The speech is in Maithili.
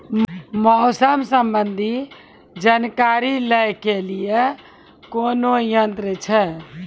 मौसम संबंधी जानकारी ले के लिए कोनोर यन्त्र छ?